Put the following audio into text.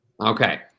Okay